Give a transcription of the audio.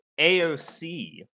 AOC